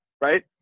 right